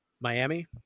Miami